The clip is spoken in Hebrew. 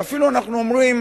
ואפילו אנחנו אומרים,